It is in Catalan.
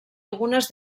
algunes